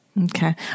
Okay